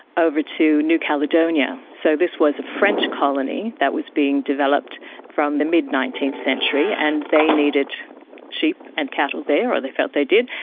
over to new caledonia. so this was a french colony that was being developed from the mid nineteenth century, and they needed sheep and cattle there, or they felt they did,